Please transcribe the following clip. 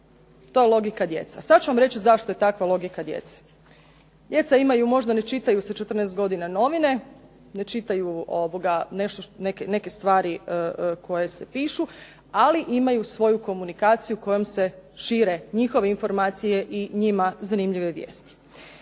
To je logika djece, a sad ću vam reći zašto je takva logika djece. Djeca imaju, možda ne čitaju sa 14 godina novine, ne čitaju neke stvari koje se pišu, ali imaju svoju komunikaciju kojom se šire njihove informacije i njima zanimljive vijesti.